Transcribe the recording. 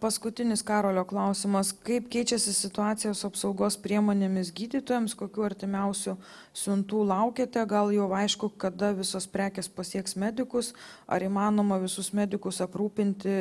paskutinis karolio klausimas kaip keičiasi situacija su apsaugos priemonėmis gydytojams kokių artimiausių siuntų laukiate gal jau aišku kada visos prekės pasieks medikus ar įmanoma visus medikus aprūpinti